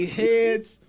heads